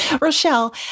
Rochelle